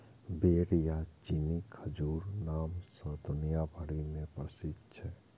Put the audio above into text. बेर या चीनी खजूरक नाम सं दुनिया भरि मे प्रसिद्ध छै